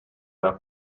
der